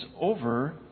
over